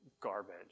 garbage